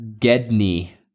Gedney